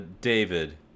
David